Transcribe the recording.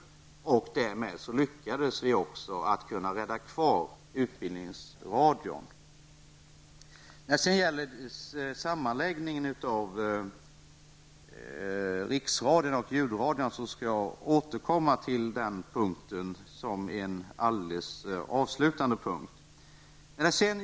Därmed lyckades vi rädda kvar När det gäller sammanläggningen av Riksradion och Ljudradion skall jag återkomma till den punkten som är en alldeles avslutande punkt.